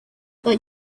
but